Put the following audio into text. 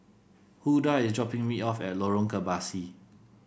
Huldah is dropping me off at Lorong Kebasi